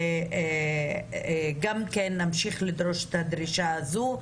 אבל נמשיך לדרוש את הדרישה הזאת.